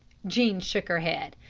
jean shook her head.